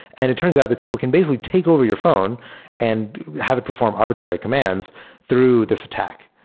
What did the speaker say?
and it turns out that people can basically take over your phone and have it perform arbitrary commands through this attack.